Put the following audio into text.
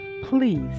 Please